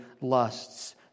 lusts